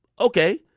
Okay